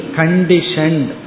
conditioned